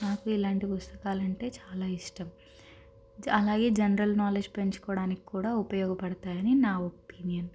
నాకు ఇలాంటి పుస్తకాలు అంటే చాలా ఇష్టం అలాగే జనరల్ నాలెడ్జ్ పెంచుకోవడానికి కూడా ఉపయోగపడతాయని నా ఒపీనియన్